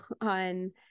on